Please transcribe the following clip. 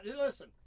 Listen